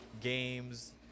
games